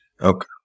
Okay